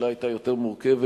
השאלה היתה יותר מורכבת,